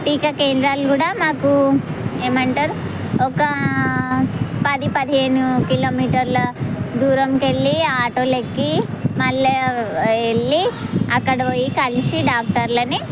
టీకా కేంద్రాలు కూడా మాకు ఏమంటారు ఒక పది పదిహేను కిలోమీటర్ల దూరం వెళ్ళి ఆటోలు ఎక్కి మళ్ళా వెళ్ళి అక్కడ పోయి కలిసి డాక్టర్లని